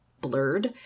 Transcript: blurred